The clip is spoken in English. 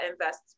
invest